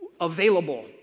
available